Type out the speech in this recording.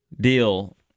deal